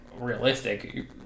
realistic